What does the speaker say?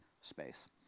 space